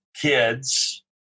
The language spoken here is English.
kids